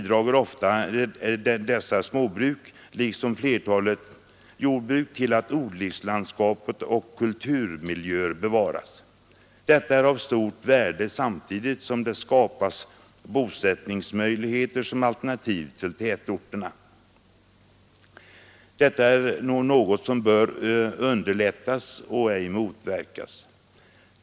Dessa deltidsjorbruk liksom flertalet jordbruk bidrar även ofta till att odlingslandskapet och kulturmiljöer bevaras. Detta är av stort värde, samtidigt som det skapas bosättningsmöjligheter som alternativ till tätorterna. Detta är något som bör underlättas och ej motverkas.